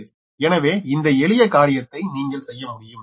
எனவே இந்த எளிய காரியத்தை நீங்கள் செய்ய முடியும்